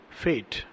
fate